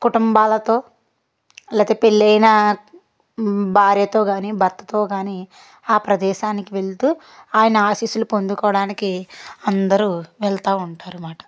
కుటుంబాలతో లేక పోతే పెళ్ళైన భార్యతో కాని భర్తతో కాని ఆ ప్రదేశానికి వెళ్తూ ఆయన ఆశీస్సులు పొందుకోవడానికి అందరూ వెళ్తూ ఉంటారు అన్నమాట